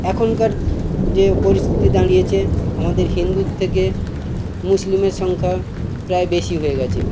এখনকার যে পরিস্থিতি দাঁড়িয়েছে আমাদের হিন্দুর থেকে মুসলিমের সংখ্যা প্রায় বেশি হয়ে গেছে